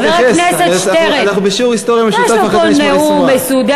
המתחיל בסיפור, אומרים לו גמור.